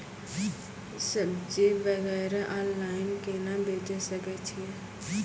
सब्जी वगैरह ऑनलाइन केना बेचे सकय छियै?